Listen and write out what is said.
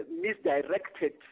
misdirected